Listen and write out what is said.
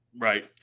Right